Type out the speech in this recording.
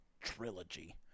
trilogy